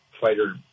fighter